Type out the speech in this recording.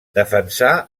defensà